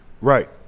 Right